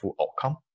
outcome